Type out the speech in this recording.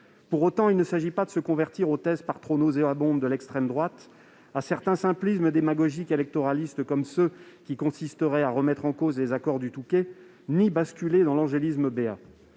Pour autant, il ne s'agit ni de se convertir aux thèses par trop nauséabondes de l'extrême droite, ni de recourir à certains simplismes démagogiques électoralistes comme ceux qui consisteraient à remettre en cause les accords du Touquet, ni de basculer dans l'angélisme béat.